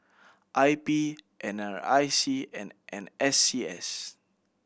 I P N R I C and N S C S